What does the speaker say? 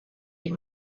die